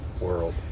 world